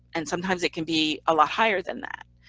and sometimes it can be a lot higher than that.